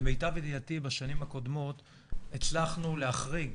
למיטב ידיעתי בשנים הקודמות הצלחנו להחריג